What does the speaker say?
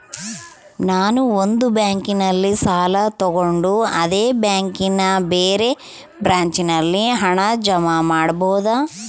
ನಾನು ಒಂದು ಬ್ಯಾಂಕಿನಲ್ಲಿ ಸಾಲ ತಗೊಂಡು ಅದೇ ಬ್ಯಾಂಕಿನ ಬೇರೆ ಬ್ರಾಂಚಿನಲ್ಲಿ ಹಣ ಜಮಾ ಮಾಡಬೋದ?